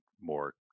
more